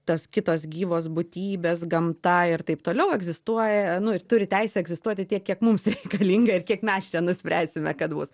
tos kitos gyvos būtybės gamta ir taip toliau egzistuoja nu ir turi teisę egzistuoti tiek kiek mums reikalinga ir kiek mes čia nuspręsime kad bus